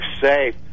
safe